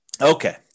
okay